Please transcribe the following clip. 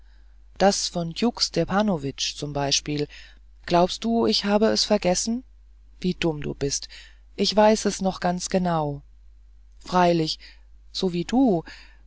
das von djuk stepanowitsch zum beispiel glaubst du ich habe das vergessen wie dumm du bist ich weiß es noch ganz genau freilich so wie du